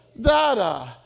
da-da